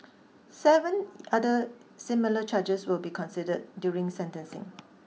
seven other similar charges will be considered during sentencing